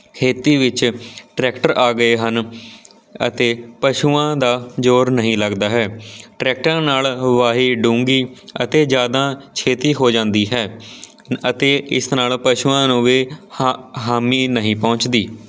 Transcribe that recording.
ਖੇਤੀ ਵਿੱਚ ਟਰੈਕਟਰ ਆ ਗਏ ਹਨ ਅਤੇ ਪਸ਼ੂਆਂ ਦਾ ਜ਼ੋਰ ਨਹੀਂ ਲੱਗਦਾ ਹੈ ਟਰੈਕਟਰਾਂ ਨਾਲ ਵਾਹੀ ਡੂੰਘੀ ਅਤੇ ਜ਼ਿਆਦਾ ਛੇਤੀ ਹੋ ਜਾਂਦੀ ਹੈ ਅਤੇ ਇਸ ਨਾਲ ਪਸ਼ੂਆਂ ਨੂੰ ਵੀ ਹਾ ਹਾਨੀ ਨਹੀਂ ਪਹੁੰਚਦੀ